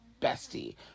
bestie